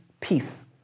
peace